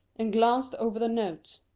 and glanced over the notes.